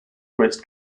breast